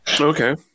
okay